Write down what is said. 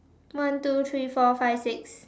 one two three four five six